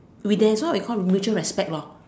we dazzle we call it mutual respect lor